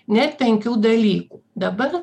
net penkių dalykų dabar